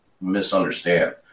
misunderstand